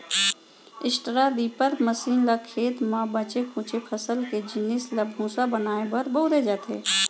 straw reaper machine ल खेत म बाचे खुचे फसल के जिनिस ल भूसा बनाए बर बउरे जाथे